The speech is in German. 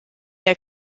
der